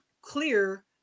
clear